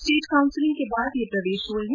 state counselling के बाद ये प्रवेश हुए है